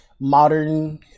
modern